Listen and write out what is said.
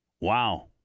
Wow